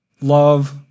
Love